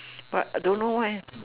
but I don't know why